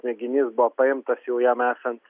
mėginys buvo paimtas jau jam esant